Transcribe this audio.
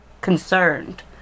concerned